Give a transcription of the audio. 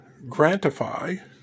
grantify